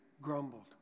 grumbled